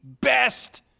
best